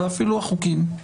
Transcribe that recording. ואפילו החוקים.